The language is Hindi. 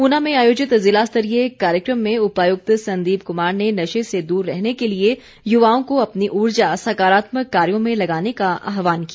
ऊना में आयोजित ज़िलास्तरीय कार्यक्रम में उपायुक्त संदीप कुमार ने नशे से दूर रहने के लिए युवाओं को अपनी ऊर्जा सकारात्मक कार्यों में लगाने का आहवान किया